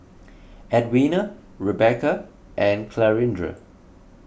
Edwina Rebeca and Clarinda